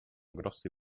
grosse